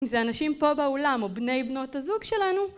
אם זה אנשים פה בעולם או בני בנות הזוג שלנו